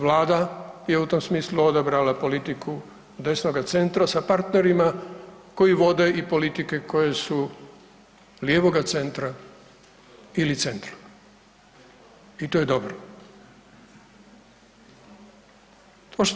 Vlada je u tom smislu odabrala politiku desnoga centra sa partnerima koji vode i politike koje su lijevoga centra ili centru i to je dobro.